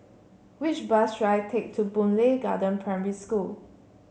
which bus should I take to Boon Lay Garden Primary School